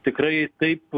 tikrai taip